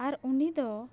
ᱟᱨ ᱩᱱᱤ ᱫᱚ